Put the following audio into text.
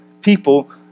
People